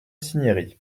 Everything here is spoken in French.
cinieri